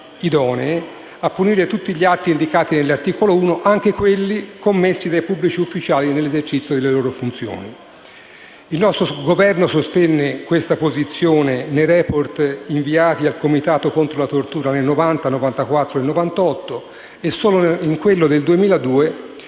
idonee a punire tutti gli atti indicati nell'articolo 1, anche quelli commessi da pubblici ufficiali nell'esercizio delle loro funzioni. Il nostro Governo sostenne tale posizione nei *report* inviati al Comitato contro la tortura nel 1990, nel 1994 e nel 1998. Solo nel *report* del 2002